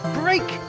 break